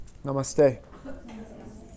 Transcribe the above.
Namaste